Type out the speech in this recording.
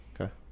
Okay